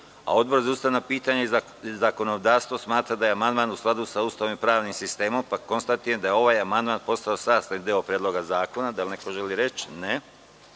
a Odbor za ustavna pitanja i zakonodavstvo smatra da je amandman u skladu sa Ustavom i pravnim sistemom, pa konstatujem da je ovaj amandman postao sastavni deo Predloga zakona. Da li neko želi reč?